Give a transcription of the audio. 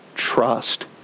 trust